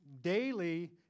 daily